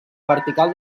vertical